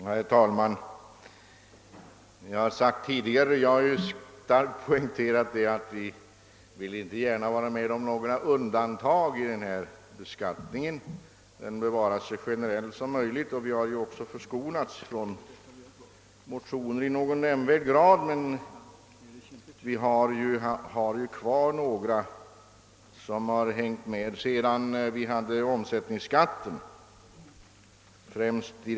Herr talman! Som jag tidigare har poängterat vill vi inte vara med om några undantag i den beskattning det här gäller. Den bör vara så generell som möjligt. Vi har inte heller besvärats av motioner i nämnvärd utsträckning, men några finns ändå kvar som har hängt med sedan omsättningsskattens tid.